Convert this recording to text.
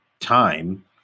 time